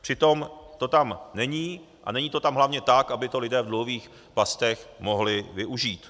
Přitom to tam není, a není to tam hlavně tak, aby to lidé v dluhových pastech mohli využít.